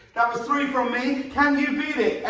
that was three from me. can you beat it?